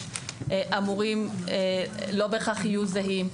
לא בהכרח יהיו זהים.